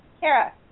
Kara